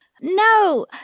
No